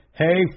hey